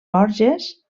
borges